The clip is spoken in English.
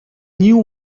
knew